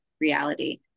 reality